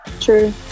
True